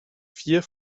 vier